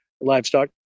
livestock